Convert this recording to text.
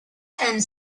and